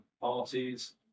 parties